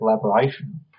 collaboration